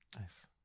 Nice